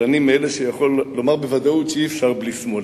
אז אני מאלה שיכולים לומר בוודאות שאי-אפשר בלי שמאל,